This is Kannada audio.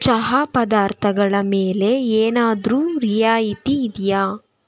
ಚಹಾ ಪದಾರ್ಥಗಳ ಮೇಲೆ ಏನಾದರೂ ರಿಯಾಯಿತಿ ಇದೆಯಾ